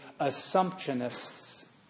Assumptionists